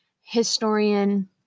historian